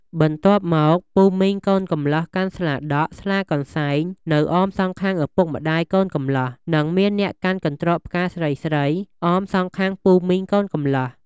បន្ទាប់មកពូមីងកូនកំលោះកាន់ស្លាដក់ ស្លាកន្សែងនៅអមសងខាងឪពុកម្តាយកូនកំលោះ និងមានអ្នកកាន់កន្ត្រកផ្កាស្រីៗអមសងខាងពូមីងកូនកំលោះ។